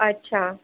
अच्छा